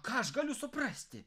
ką aš galiu suprasti